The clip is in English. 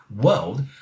world